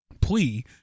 plea